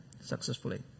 successfully